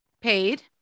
paid